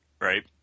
right